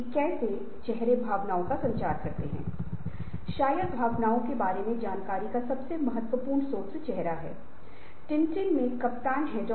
इसीलिए परिवर्तन लगातार होगा और हम व्यक्तियों समुदायों या संगठनों के रूप में परिवर्तन को अपनाना होगा